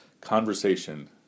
conversation